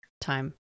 time